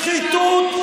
שחיתות.